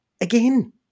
again